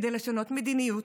כדי לשנות מדיניות,